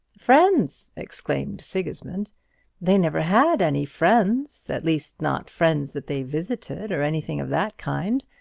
friends! exclaimed sigismund they never had any friends at least not friends that they visited, or anything of that kind.